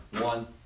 One